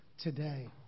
today